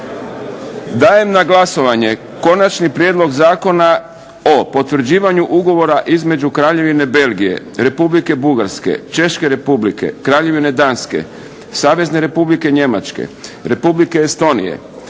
Dajem na glasovanje Konačni prijedlog zakona o potvrđivanju Ugovora između Kraljevine Belgije, Republike Bugarske, Češke Republike, Kraljevine Danske, Savezne Republike Njemačke, Kraljevine